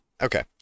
okay